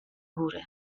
góry